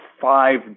five